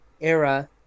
era